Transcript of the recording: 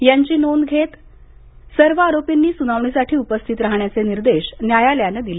याची नोंद घेत सर्व आरोपींनी सुनावणीसाठी उपस्थित राहण्याचे निर्देश न्यायालयानं दिले